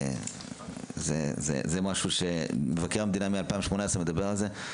זה משהו שמבקר המדינה מדבר על זה מ-2018.